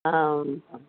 आम् आं